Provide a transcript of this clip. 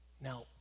Now